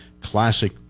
classic